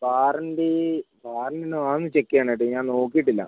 warranty വാറൻ്റിയുണ്ടോ അതൊന്ന് check ചെയ്യണം കേട്ടോ ഞാൻ നോക്കിയിട്ടില്ല